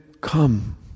come